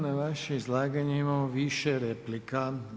Na vaše izlaganje imamo više replika.